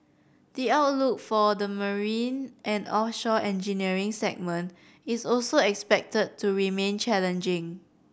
the outlook for the marine and offshore engineering segment is also expected to remain challenging